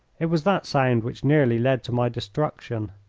it was that sound which nearly led to my destruction.